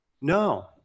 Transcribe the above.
No